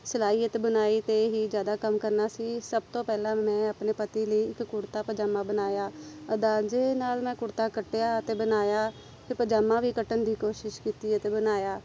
ਸਿਲਾਈ ਅਤੇ ਬੁਣਾਈ 'ਤੇ ਹੀ ਜਿਆਦਾ ਕੰਮ ਕਰਨਾ ਸੀ ਸਭ ਤੋਂ ਪਹਿਲਾਂ ਮੈਂ ਆਪਣੇ ਪਤੀ ਲਈ ਇੱਕ ਕੁੜਤਾ ਪਜਾਮਾ ਬਣਾਇਆ ਅੰਦਾਜੇ ਨਾਲ ਮੈਂ ਕੁੜਤਾ ਕੱਟਿਆ ਅਤੇ ਬਣਾਇਆ ਅਤੇ ਪਜਾਮਾ ਵੀ ਕੱਟਣ ਦੀ ਕੋਸ਼ਿਸ਼ ਕੀਤੀ ਅਤੇ ਬਣਾਇਆ